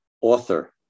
author